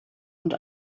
und